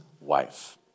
wife